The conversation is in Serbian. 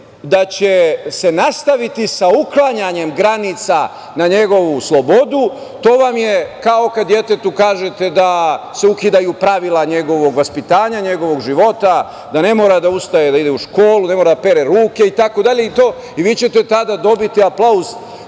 da će se nastaviti sa uklanjanjem granica na njegovu slobodu, to vam je kao kad detetu kažete da se ukidaju pravila njegovog vaspitanja, njegovog života, da ne mora da ustaje da ide u školu, da ne mora da pere ruke, itd, vi ćete tada dobiti aplauz